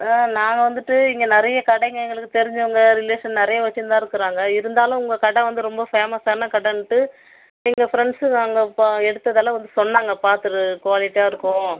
ஆ நாங்கள் வந்துட்டு இங்கே நிறைய கடைங்க எங்களுக்கு தெரிஞ்சவங்க ரிலேஷன் நிறைய வச்சுன்னு தான் இருக்கிறாங்க இருந்தாலும் உங்கள் கடை வந்து ரொம்ப ஃபேமஸான கடைன்ட்டு எங்கள் ஃபிரண்ட்ஸு அங்கே ப எடுத்ததெல்லாம் வந்து சொன்னாங்கள் பார்த்துட்டு குவாலிட்டியாக இருக்கும்